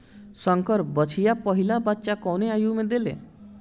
संकर बछिया पहिला बच्चा कवने आयु में देले?